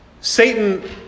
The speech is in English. Satan